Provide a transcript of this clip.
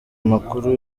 umukuru